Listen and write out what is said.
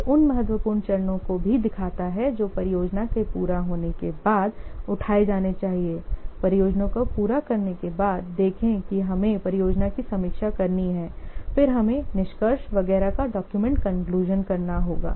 यह उन महत्वपूर्ण चरणों को भी दिखाता है जो परियोजना के पूरा होने के बाद उठाए जाने चाहिए परियोजना को पूरा करने के बाद देखें कि हमें परियोजना की समीक्षा करनी है फिर हमें निष्कर्ष वगैरह का डॉक्यूमेंट कंक्लुजन करना होगा